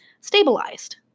stabilized